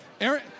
Aaron